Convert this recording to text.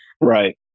Right